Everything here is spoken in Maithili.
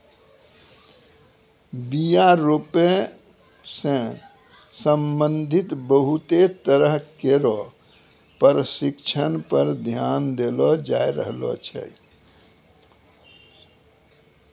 बीया रोपै सें संबंधित बहुते तरह केरो परशिक्षण पर ध्यान देलो जाय रहलो छै